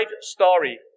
story